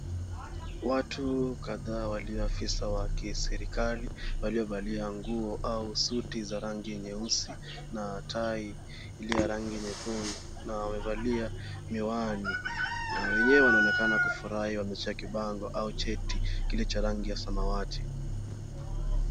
Watu kadhaa walio afisa wa kiserikali waliovalia nguo au suti za rangi nyeusi na tai iliyo ya rangi nyekundu na wamevalia miwani na wenyewe wanaonekana kufurahi wameshika kibango au cheti kilicho rangi ya samawati.